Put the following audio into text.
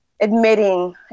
admitting